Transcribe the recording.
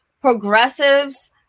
progressives